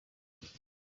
ngufu